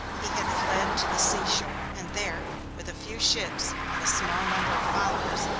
he had fled to the sea-shore, and there, with a few ships and a small number of followers,